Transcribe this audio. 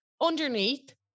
Underneath